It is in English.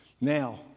Now